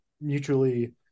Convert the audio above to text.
mutually